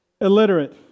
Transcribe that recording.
illiterate